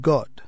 God